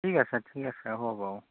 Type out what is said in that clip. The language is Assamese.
ঠিক আছে ঠিক আছে হ'ব বাৰু